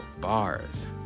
Bars